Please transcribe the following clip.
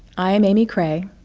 i am amy cray,